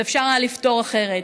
ואפשר היה לפתור אחרת.